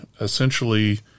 essentially